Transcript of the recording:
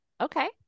Okay